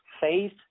Faith